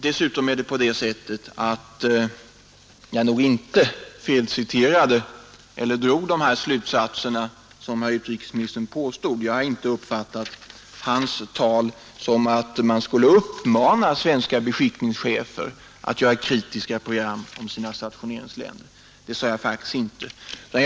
Dessutom drog jag inte de slutsatser som herr utrikesministern påstår. Jag har faktiskt inte uppfattat hans anförande som att man skulle uppmana svenska beskickningschefer att göra kritiska program om sina maters utåtriktade utrikespolitiska aktivitet stationeringsländer.